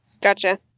gotcha